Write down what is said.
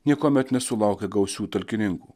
niekuomet nesulaukia gausių talkininkų